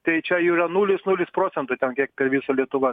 tai čia jų yra nulis nulis procento ten kiek per visą lietuva